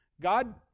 God